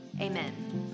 amen